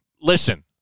Listen